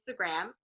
Instagram